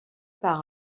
par